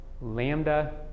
Lambda